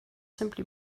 simply